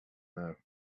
know